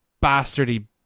bastardy